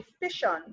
efficient